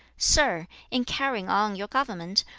sir, in carrying on your government,